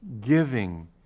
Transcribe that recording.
giving